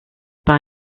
buy